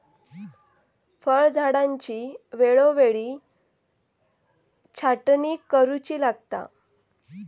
फळझाडांची वेळोवेळी छाटणी करुची लागता